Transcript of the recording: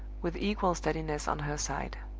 with equal steadiness on her side.